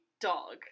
Dog